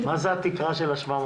זה לא מה שישנה כרגע.